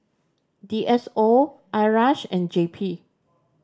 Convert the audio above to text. D S O IRAS and J P